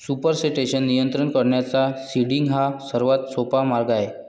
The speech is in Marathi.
सुपरसेटेशन नियंत्रित करण्याचा सीडिंग हा सर्वात सोपा मार्ग आहे